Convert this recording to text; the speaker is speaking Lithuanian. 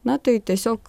na tai tiesiog